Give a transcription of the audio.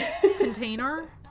container